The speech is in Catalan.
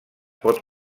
pot